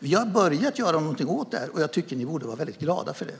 Vi har börjat göra någonting åt detta, och jag tycker att ni borde vara glada över det.